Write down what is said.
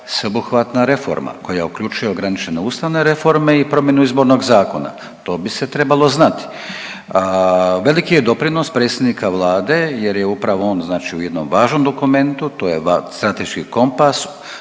sveobuhvatna reforma koja uključuje ograničene ustavne reforma i promjenu izbornog zakona. To bi se trebalo znati. Veliki je doprinos predsjednika vlade jer je upravo on znači u jednom važnom dokumentu to je strateški kompas